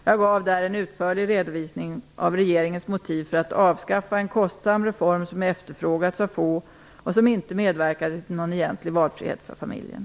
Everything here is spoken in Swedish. Jag gav där en utförlig redovisning av regeringens motiv för att avskaffa en kostsam reform som efterfrågats av få och som inte medverkade till någon egentlig valfrihet för familjerna.